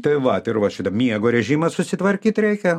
tai va ir va šitą miego režimą susitvarkyt reikia